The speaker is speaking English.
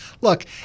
look